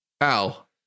Al